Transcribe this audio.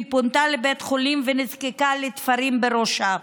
היא פונתה לבית חולים ונזקקה לתפרים בראשה.